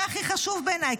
זה הכי חשוב בעיניי,